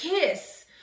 kiss